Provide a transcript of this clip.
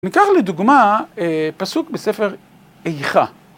ניקח לדוגמה פסוק בספר איכה.